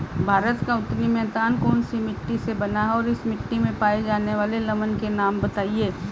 भारत का उत्तरी मैदान कौनसी मिट्टी से बना है और इस मिट्टी में पाए जाने वाले लवण के नाम बताइए?